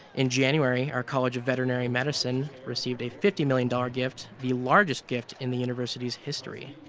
in january, our college of veterinary medicine received a fifty million dollars gift, the largest gift in the university's history.